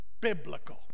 biblical